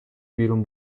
بیرون